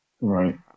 Right